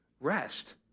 rest